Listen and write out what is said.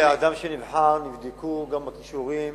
האדם שנבחר, נבדקו גם הכישורים